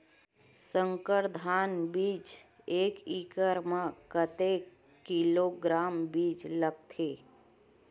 संकर धान बीज एक एकड़ म कतेक किलोग्राम बीज लगथे?